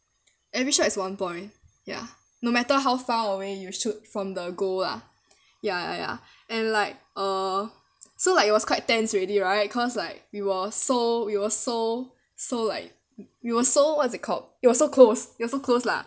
every shot is one point ya no matter how far away you shoot from the goal lah ya ya ya and like uh so like it was quite tense already right cause like we were so we were so so like we were so what's it called we were close we were so close lah